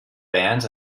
bands